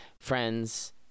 friends